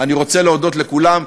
אני רוצה להודות לכולם.